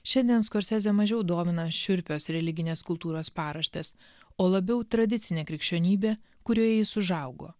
šiandien skorsezę mažiau domina šiurpios religinės kultūros paraštės o labiau tradicinė krikščionybė kurioje jis užaugo